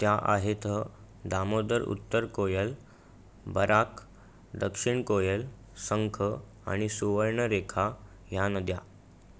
त्या आहेत दामोदर उत्तर कोयल बराक दक्षिण कोयल संख आणि सुवर्णरेखा ह्या नद्या